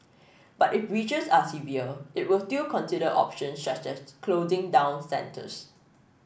but if breaches are severe it will still consider options such as closing down centres